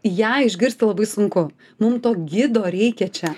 ją išgirsti labai sunku mum to gido reikia čia